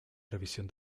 revisión